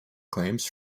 claims